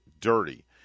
dirty